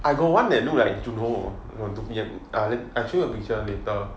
I got one that look like jun ho I show you a picture later